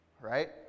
Right